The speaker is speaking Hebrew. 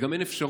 וגם אין אפשרות,